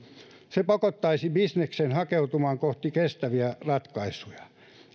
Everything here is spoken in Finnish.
se pakottaisi bisneksen hakeutumaan kohti kestäviä ratkaisuja